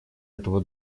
этого